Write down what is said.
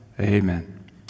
Amen